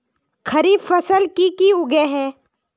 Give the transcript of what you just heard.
खरीफ फसल की की उगैहे?